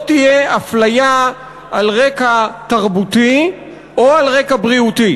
תהיה הפליה על רקע תרבותי או על רקע בריאותי.